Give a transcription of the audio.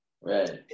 Right